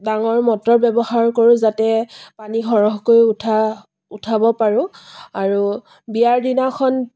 ডাঙৰ মটৰ ব্যৱহাৰ কৰোঁ যাতে পানী সৰহকৈ উঠা উঠাব পাৰোঁ আৰু বিয়াৰ দিনাখন